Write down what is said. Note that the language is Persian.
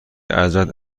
ازت